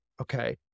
Okay